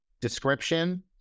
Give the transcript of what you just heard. description